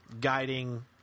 guiding